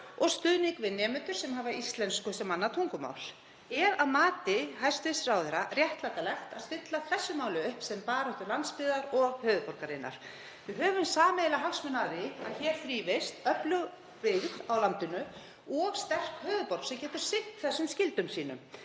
og stuðning við nemendur sem hafa íslensku sem annað tungumál. Er að mati hæstv. ráðherra réttlætanlegt að stilla þessu máli upp sem baráttu landsbyggðar og höfuðborgarinnar? Við höfum sameiginlega hagsmuni af því að hér þrífist öflug byggð á landinu og sterk höfuðborg sem getur sinnt þessum skyldum sínum.